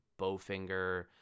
Bowfinger